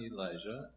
Elijah